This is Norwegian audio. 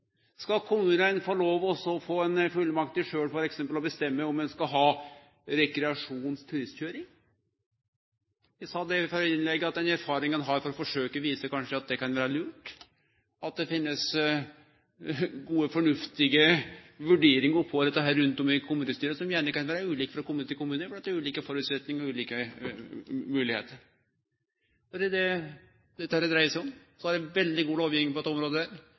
Skal kommunane få fullmakt til sjølve å bestemme f.eks. om ein skal ha rekreasjonskøyring/turistkøyring? Eg sa i det førre innlegget at den erfaringa ein har frå forsøket, viser at det kanskje kan vere lurt, at det kan finnast gode, fornuftige vurderingar av dette rundt om i kommunestyra, som gjerne kan vere ulike frå kommune til kommune, fordi dei har ulike føresetnader og ulike moglegheiter. Det er det dette dreier seg om. Så har vi ei veldig god lovgiving på